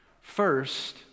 First